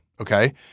Okay